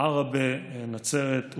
עראבה, נצרת.